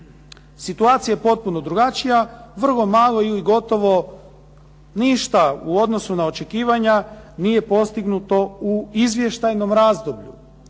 Situacija je potpuno drugačija. Vrlo malo ili gotovo ništa u odnosu na očekivanja nije postignuto u izvještajnom razdoblju.